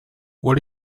what